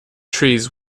trees